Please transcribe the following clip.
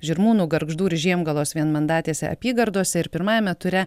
žirmūnų gargždų ir žiemgalos vienmandatėse apygardose ir pirmajame ture